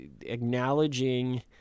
acknowledging